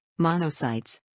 monocytes